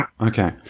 Okay